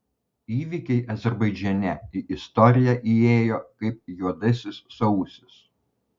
įvykiai azerbaidžane į istoriją įėjo kaip juodasis sausis